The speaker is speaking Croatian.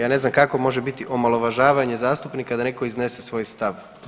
Ja ne znam kako može biti omalovažavanje zastupnika da netko iznese svoj stav.